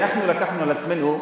אנחנו לקחנו על עצמנו,